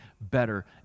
better